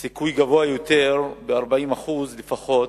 סיכוי גבוה יותר, ב-40% לפחות,